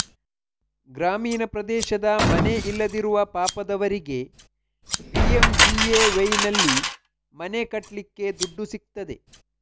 ಗ್ರಾಮೀಣ ಪ್ರದೇಶದ ಮನೆ ಇಲ್ಲದಿರುವ ಪಾಪದವರಿಗೆ ಪಿ.ಎಂ.ಜಿ.ಎ.ವೈನಲ್ಲಿ ಮನೆ ಕಟ್ಲಿಕ್ಕೆ ದುಡ್ಡು ಸಿಗ್ತದೆ